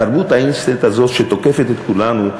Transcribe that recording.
תרבות האינסטנט הזאת שתוקפת את כולנו,